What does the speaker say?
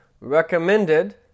recommended